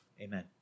Amen